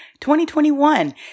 2021